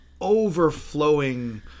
Overflowing